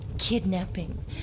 kidnapping